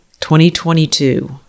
2022